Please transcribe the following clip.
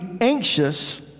anxious